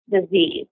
disease